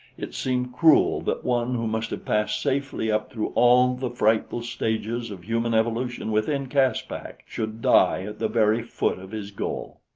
it seemed cruel that one who must have passed safely up through all the frightful stages of human evolution within caspak, should die at the very foot of his goal.